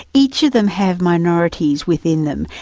each of them have minorities within them.